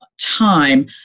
time